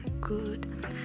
good